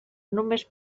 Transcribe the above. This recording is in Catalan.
només